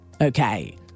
Okay